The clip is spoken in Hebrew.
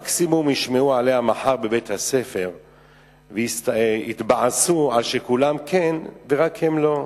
מקסימום ישמעו עליה מחר בבית-הספר ויתבאסו על שכולם כן ורק הם לא".